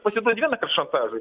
pasiduodi vienąkart šantažui